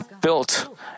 built